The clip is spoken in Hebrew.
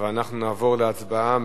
אבל אנחנו נעבור להצבעה.